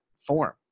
form